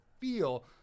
feel